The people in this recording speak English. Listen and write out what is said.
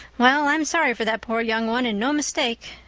well, i'm sorry for that poor young one and no mistake.